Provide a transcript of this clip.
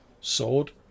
sword